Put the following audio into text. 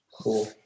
cool